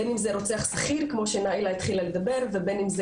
בין אם זה רוצח שכיר כמו שנאילה התחילה לדבר ובין אם זה